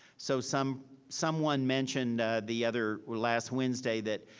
so some someone mentioned the other last wednesday that,